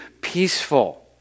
peaceful